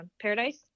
paradise